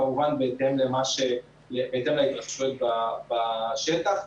כמובן בהתאם להתרחשויות בשטח.